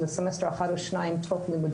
במסגרת התוכניות האלה תלמידים